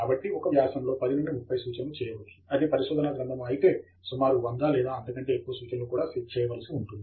కాబట్టి ఒక వ్యాసంలో 10 నుండి 30 సూచనలు చేయవచ్చు అదే పరిశోధనా గ్రంధము అయితే సుమారు 100 లేదా అంతకంటే ఎక్కువ సూచనలు కూడా చేయవలసి ఉంటుంది